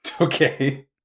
Okay